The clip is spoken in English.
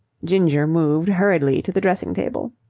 ginger moved hurriedly to the dressing-table.